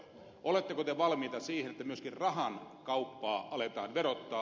oletteko te valmiita siihen että myöskin rahan kauppaa aletaan verottaa